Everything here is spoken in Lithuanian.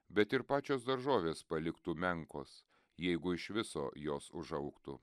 bet ir pačios daržovės paliktų menkos jeigu iš viso jos užaugtų